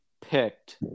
picked